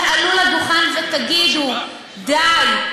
תעלו לדוכן ותגידו: די,